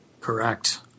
Correct